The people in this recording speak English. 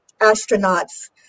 astronauts